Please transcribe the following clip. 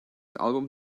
album